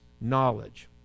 knowledge